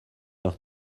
leurs